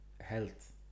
health